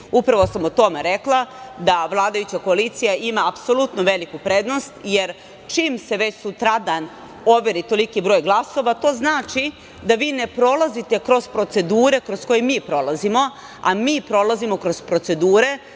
Upravo sam o tome rekla da vladajuća koalicija ima apsolutno veliku prednost, jer čim se već sutradan overi toliki broj glasova to znači da vi ne prolazite kroz procedure kroz koje mi prolazimo, a mi prolazimo kroz procedure